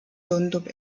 tundub